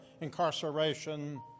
incarceration